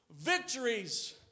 Victories